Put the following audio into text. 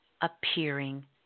appearing